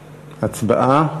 הצבעה.